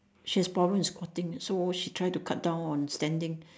she has problem in squatting so she try to cut down on standing